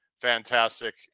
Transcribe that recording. fantastic